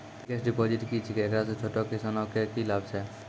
Fixed deposit की छिकै, एकरा से छोटो किसानों के की लाभ छै?